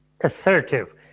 assertive